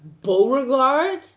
Beauregard